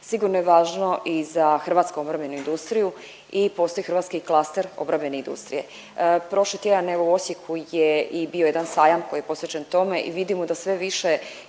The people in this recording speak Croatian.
sigurno je važno i za hrvatsku obrambenu industriju i postoji hrvatski klaster obrambene industrije. Prošli tjedan evo u Osijeku je i bio jedan sajam koji je posvećen tome i vidimo da sve više